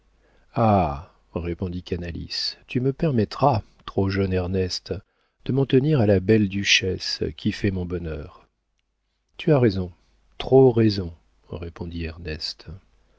répondit canalis tu me permettras trop jeune ernest de m'en tenir à la belle duchesse qui fait mon bonheur tu as raison trop raison répondit